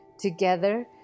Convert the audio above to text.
Together